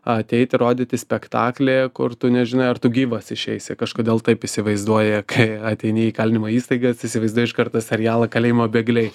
ateiti rodyti spektaklį kur tu nežinai ar tu gyvas išeisi kažkodėl taip įsivaizduoji kai ateini į įkalinimo įstaigas įsivaizduoji iš karto serialą kalėjimo bėgliai